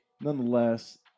Nonetheless